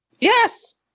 Yes